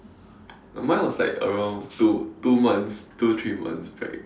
mine was like around two two months two three months back